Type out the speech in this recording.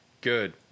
good